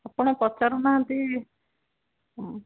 ଆପଣ ପଚାରୁନାହାନ୍ତି ହଁ